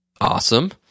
Awesome